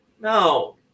No